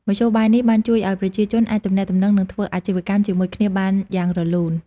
មធ្យោបាយនេះបានជួយឱ្យប្រជាជនអាចទំនាក់ទំនងនិងធ្វើអាជីវកម្មជាមួយគ្នាបានយ៉ាងរលូន។